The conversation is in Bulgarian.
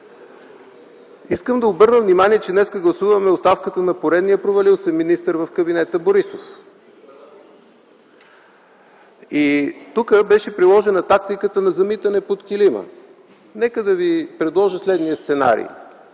Искам да обърна внимание, че днес гласуваме оставката на поредния провалил се министър в кабинета Борисов. И тук беше приложена тактиката на замитане под килима. Нека да Ви предложа следния сценарий.